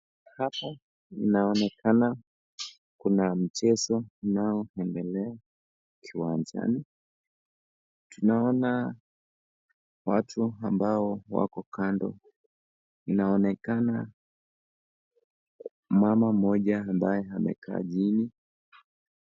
Hapa inaonekana kuna mchezo unaoendelea kiwanjani. Naona watu ambao wako kando. Inaonekana mama mmoja ambaye amekaa chini.